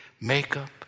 Makeup